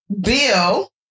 Bill